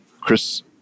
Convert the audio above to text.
Chris